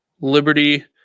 Liberty